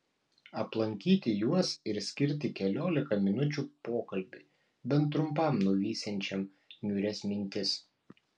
aplankyti juos ir skirti keliolika minučių pokalbiui bent trumpam nuvysiančiam niūrias mintis